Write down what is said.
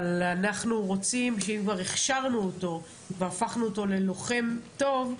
אנחנו רוצים שאם כבר הכשרנו אותו והפכנו אותו ללוחם טוב,